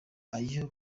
ayo